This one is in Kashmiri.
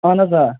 اہن حظ آ